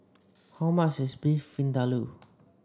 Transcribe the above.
how much is Beef Vindaloo